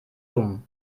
dumm